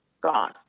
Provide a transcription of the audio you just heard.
gone